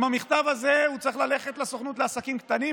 עם המכתב הזה הוא צריך ללכת לסוכנות לעסקים קטנים.